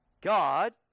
God